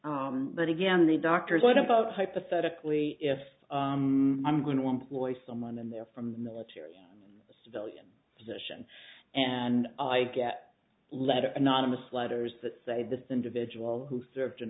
g but again the doctors what about hypothetically if i'm going to employ someone in there from the military civilian position and i get letters anonymous letters that say this individual who served in